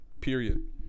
period